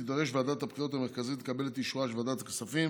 תידרש ועדת הבחירות המרכזית לקבל את אישורה של ועדת הכספים